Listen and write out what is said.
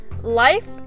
life